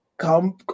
Come